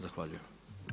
Zahvaljujem.